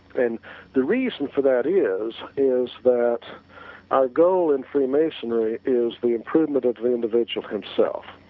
and the reason for that is, is that our goal in free masonry is the improvement of the the individual himself,